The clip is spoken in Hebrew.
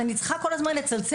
אני צריכה להתקשר,